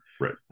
Right